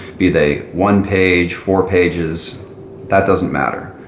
be they one page, four pages that doesn't matter.